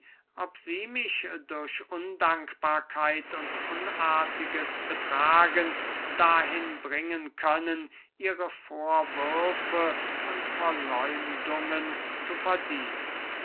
ob sie mich durch undankbarkeit und unartiges betragen dahin bringen können ihre vorwürfe und verläumdungen zu verdienen